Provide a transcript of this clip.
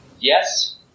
Yes